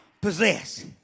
possess